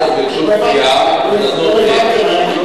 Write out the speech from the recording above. העניין הוא שהמכירה של הדירות בדיור הציבורי מטרתו המרכזית היתה מצד אחד